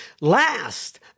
last